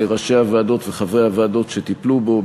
לראשי הוועדות וחברי הוועדות שטיפלו בו,